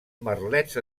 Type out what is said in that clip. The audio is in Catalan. merlets